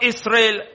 Israel